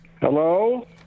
Hello